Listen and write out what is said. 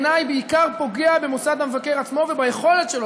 בעיני בעיקר פוגע במוסד המבקר עצמו וביכולת שלו